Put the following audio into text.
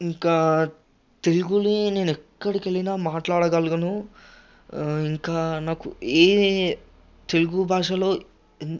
ఇంకా తెలుగునే నేనెక్కడికెళ్ళినా మాట్లాడగలనూ ఇంకా నాకు ఏ తెలుగుభాషలో ఇం